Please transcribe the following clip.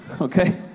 Okay